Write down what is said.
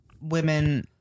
women